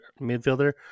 midfielder